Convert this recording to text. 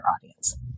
audience